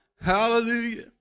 Hallelujah